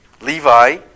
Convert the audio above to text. Levi